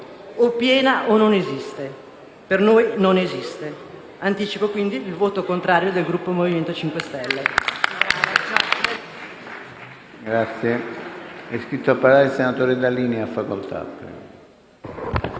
è piena o non esiste! Per noi non esiste. Anticipo quindi il voto contrario del Gruppo Movimento 5 Stelle.